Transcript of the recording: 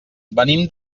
venim